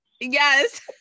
Yes